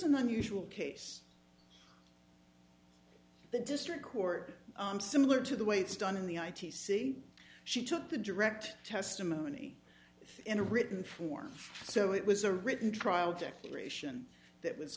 an unusual case the district court similar to the way it's done in the i t c she took the direct testimony in a written form so it was a written trial declaration that was